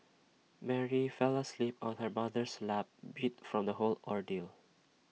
Mary fell asleep on her mother's lap beat from the whole ordeal